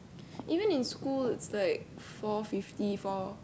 even in schools like four fifty four